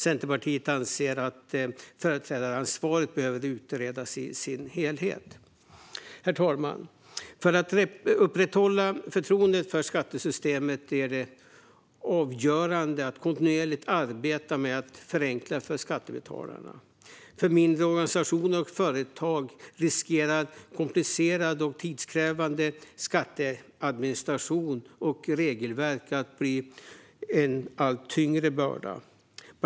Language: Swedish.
Centerpartiet anser att företrädaransvaret behöver utredas i sin helhet. Herr talman! För att upprätthålla förtroendet för skattesystemet är det avgörande att kontinuerligt arbeta med att förenkla för skattebetalarna. Det finns risk för att komplicerad och tidskrävande skatteadministration och regelverk blir en allt tyngre börda för mindre organisationer och företag.